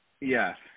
Yes